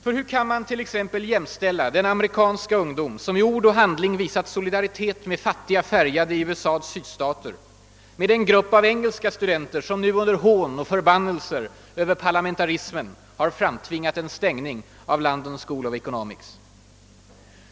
För hur kan man t.ex. jämställa den amerikanska ungdom, som i ord och handling visat solidaritet med fattiga färgade i USA:s sydstater, med den grupp av engelska studenter som nu under hån och förbannelser över parlamentarismen har framtvingat en stängning av London School of Economics?